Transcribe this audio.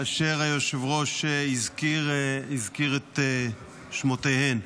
אשר היושב-ראש הזכיר את שמותיהן: